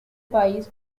país